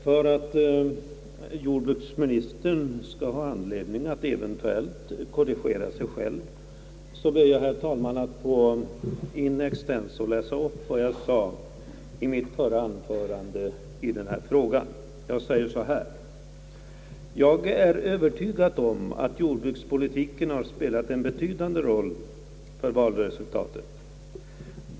För att jordbruksministern skall ha anledning att eventuellt korrigera sig själv ber jag, herr talman, att in extenso få läsa upp vad jag sade i mitt förra anförande i den här frågan. Jag sade så här: »Jag är övertygad om att jordbrukspolitiken har spelat en betydande roll för valresultatet.